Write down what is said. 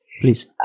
Please